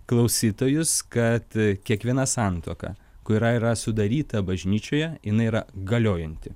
klausytojus kad kiekviena santuoka kurią yra sudaryta bažnyčioje jinai yra galiojanti